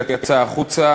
יצא החוצה,